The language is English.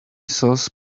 sauce